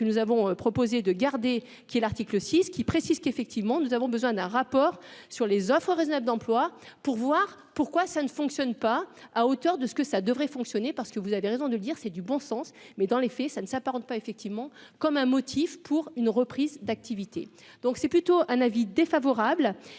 nous avons proposé de garder, qui est l'article 6 qui précise qu'effectivement, nous avons besoin d'un rapport sur les offres raisonnables d'emploi pour voir pourquoi ça ne fonctionne pas à hauteur de ce que ça devrait fonctionner parce que vous avez raison de le dire, c'est du bon sens, mais dans les faits, ça ne s'apparente pas effectivement comme un motif pour une reprise d'activité, donc c'est plutôt un avis défavorable